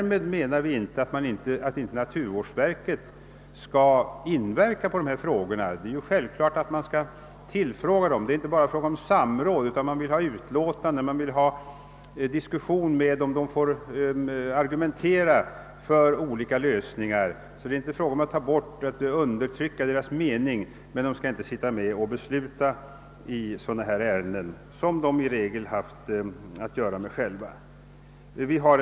Därmed menar vi naturligtvis inte att verket inte skall kunna inverka på ärendena. Självfallet skall verket tillfrågas. Vi vill inte bara ha ett samråd med verket utan också möjligheter att diskutera och att få utlåtanden därifrån. Man skall kunna diskutera med verket och det bör kunna argumentera för olika lösningar. Det är alltså inte fråga om att ta bort verkets medinflytande eller undertrycka naturvårdsverkets mening, men verkets tjänstemän skall inte sitta med och besluta om ärenden av detta slag, eftersom tjänstemän i naturvårdsverket i regel har haft att göra med ärendena tidigare.